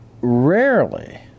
rarely